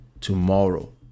tomorrow